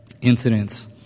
incidents